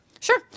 Sure